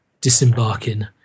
disembarking